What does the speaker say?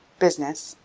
business,